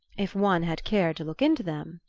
if one had cared to look into them.